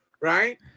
right